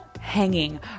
hanging